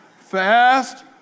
Fast